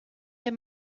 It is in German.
wir